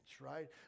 right